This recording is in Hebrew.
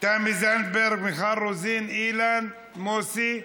תמי זנדברג, מיכל רוזין, אילן, מוסי?